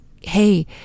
Hey